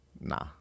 Nah